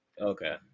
Okay